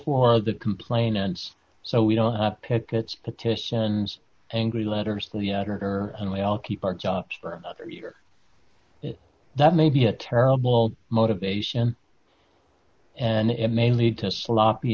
of the complainants so we don't have pickets petitions angry letters to the editor and we all keep our jobs for another year that may be a terrible motivation and it may lead to sloppy